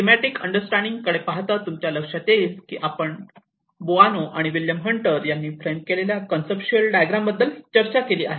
schematic understanding कडे पाहता तुमच्या लक्षात येईल की आपण बोआनो आणि विल्यम हंटर यांनी फ्रेंम केलेल्या कॉन्सेप्टचूअल डायग्राम बद्दल चर्चा केली आहे